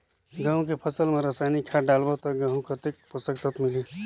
गंहू के फसल मा रसायनिक खाद डालबो ता गंहू कतेक पोषक तत्व मिलही?